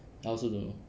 I also don't know